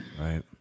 right